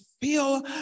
feel